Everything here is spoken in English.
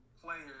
players